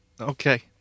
Okay